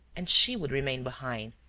and she would remain behind,